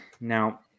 now